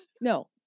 No